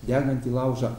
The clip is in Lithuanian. degantį laužą